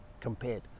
compared